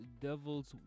Devil's